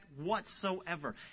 whatsoever